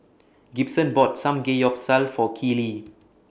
Gibson bought Samgeyopsal For Keely